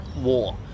war